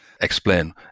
explain